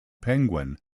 penguin